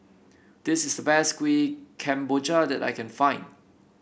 this is the best Kuih Kemboja that I can find